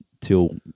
till